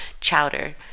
chowder